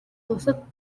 бусад